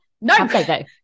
no